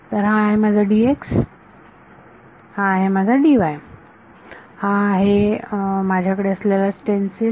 तर हा आहे माझा हा आहे माझा हा आहे माझ्याकडे असलेला स्टेन्सिल